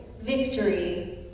victory